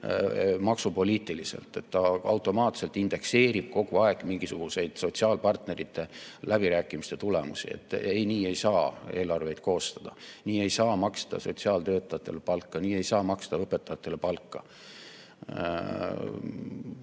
maksupoliitiliselt, et ta automaatselt indekseerib kogu aeg mingisuguseid sotsiaalpartnerite läbirääkimiste tulemusi. Ei, nii ei saa eelarveid koostada. Nii ei saa maksta sotsiaaltöötajatele palka, nii ei saa maksta õpetajatele palka.